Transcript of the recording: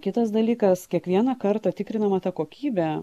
kitas dalykas kiekvieną kartą tikrinama ta kokybė